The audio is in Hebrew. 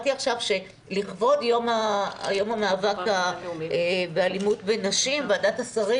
שלכבוד יום המאבק באלימות בנשים ועדת השרים